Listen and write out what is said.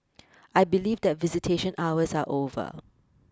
I believe that visitation hours are over